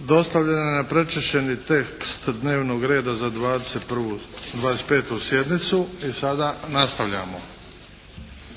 Dostavljen vam je pročišćeni tekst dnevnog reda za 25. sjednicu i sada nastavljamo